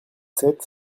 sept